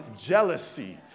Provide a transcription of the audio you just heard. jealousy